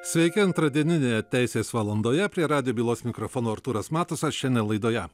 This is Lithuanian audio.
sveiki antradieninėje teisės valandoje prie radijo bylos mikrofono artūras matusas šiandien laidoje